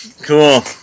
cool